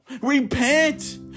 Repent